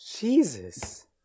Jesus